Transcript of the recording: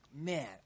man